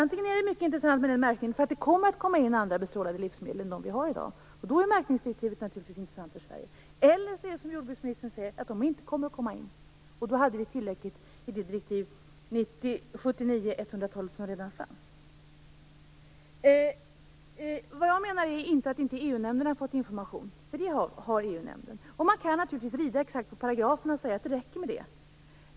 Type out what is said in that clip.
Antingen är det mycket intressant med den här märkningen därför att det kommer att komma in andra bestrålade livsmedel än de vi har i dag - och då är märkningsdirektivet naturligtvis intressant för Sverige - eller också är det som jordbruksministern säger, att de inte kommer att komma in. Då var det direktiv som redan fanns, 79/112, tillräckligt. Jag menar inte att EU-nämnden inte har fått information. Det har EU-nämnden. Och man kan naturligtvis rida exakt på paragraferna och säga att det räcker med det.